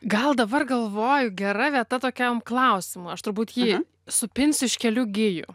gal dabar galvoju gera vieta tokiam klausimui aš turbūt jį supinsiu iš kelių gijų